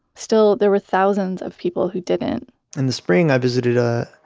still, there were thousands of people who didn't in the spring i visited a,